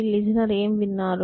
listener ఏమి విన్నారు